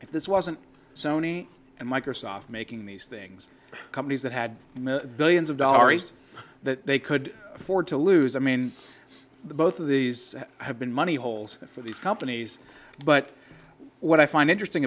this wasn't sony and microsoft making these things companies that had billions of dollars that they could afford to lose i mean both of these have been money holes for these companies but what i find interesting